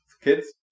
Kids